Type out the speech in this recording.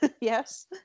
yes